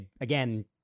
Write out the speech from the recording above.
again